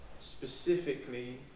specifically